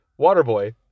Waterboy